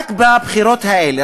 רק בבחירות האלה,